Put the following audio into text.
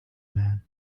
man